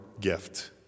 gift